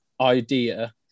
idea